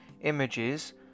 images